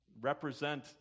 represent